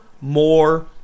more